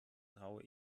traue